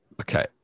Okay